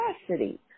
capacity